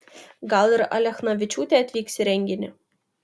gal ir alechnavičiūtė atvyks į renginį